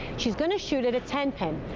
she's going to shoot at a ten pin.